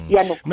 Yano